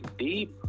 deep